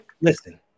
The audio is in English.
listen